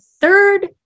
third